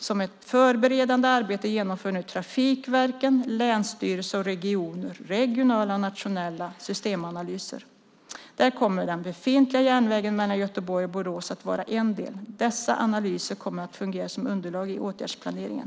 Som ett förberedande arbete genomför nu trafikverken, länsstyrelser och regioner regionala och nationella systemanalyser. Där kommer den befintliga järnvägen mellan Göteborg och Borås att vara en del. Dessa analyser kommer att fungera som underlag i åtgärdsplaneringen.